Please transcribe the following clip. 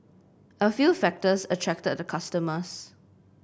a few factors attracted the customers